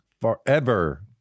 forever